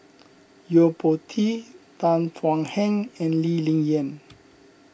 Yo Po Tee Tan Thuan Heng and Lee Ling Yen